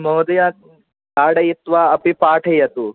महोदया ताडयित्वा अपि पाठयतु